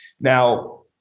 Now